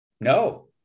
No